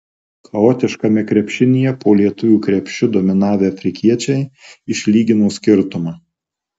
chaotiškame krepšinyje po lietuvių krepšiu dominavę afrikiečiai išlygino skirtumą